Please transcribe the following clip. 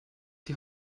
die